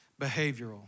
behavioral